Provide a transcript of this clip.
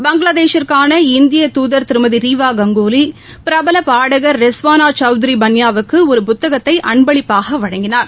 பங்களாதேஷிற்கான இந்தியத்தூதர் ரீவா கங்குலி பிரபல பாடகர் ரேஸ்வாளா சவுத்ரி பன்யாவுக்கு ஒரு புத்தகத்தை அன்பளிப்பாக வழங்கினார்